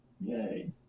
Yay